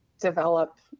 develop